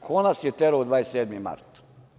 Ko nas je terao u 27. mart?